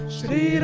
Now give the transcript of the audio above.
Shri